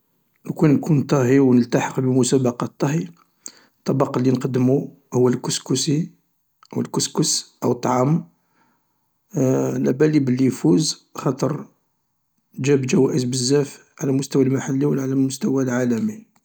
لوكان نكون طاهي و نلتحق بمسابقة طهي، الطبق اللي نقدمو هو الكسكسي او الكسكس او الطعام، علابالي بلي يفوز خاطر جاب جوائز بزاف على المستوى المحلي و على المستوى العالمي.